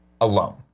alone